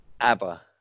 ABBA